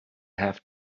have